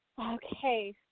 Okay